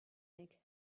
mick